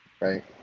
Right